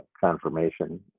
confirmation